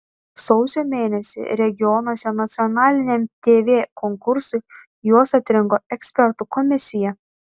sausio mėnesį regionuose nacionaliniam tv konkursui juos atrinko ekspertų komisija